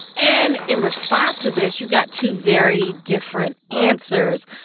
and in response to this, you got two very different answers.